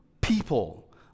people